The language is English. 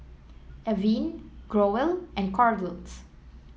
Avene Growell and Kordel's